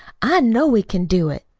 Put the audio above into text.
i know we can do it.